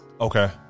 Okay